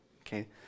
Okay